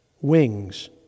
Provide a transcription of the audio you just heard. wings